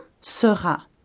sera